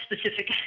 specific